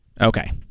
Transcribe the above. Okay